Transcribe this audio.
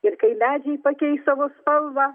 ir kai medžiai pakeis savo spalvą